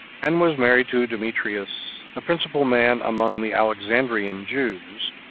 and was married to demetrius, the principal man among the alexandrian jews,